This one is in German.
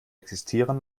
existieren